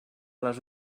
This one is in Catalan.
les